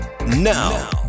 Now